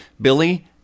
Billy